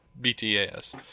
BTS